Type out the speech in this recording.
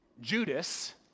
Judas